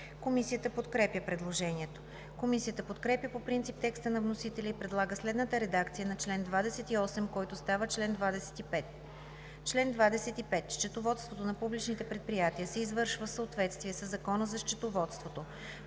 Комисията подкрепя предложението. Комисията подкрепя по принцип текста на вносителя и предлага следната редакция на чл. 28, който става чл. 25: „Чл. 25. Счетоводството на публичните предприятия се извършва в съответствие със Закона за счетоводството.